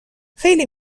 خیلی